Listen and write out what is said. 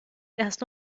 erst